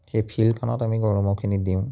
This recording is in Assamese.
সেই ফিল্ডখনত আমি গৰু ম'হখিনি দিওঁ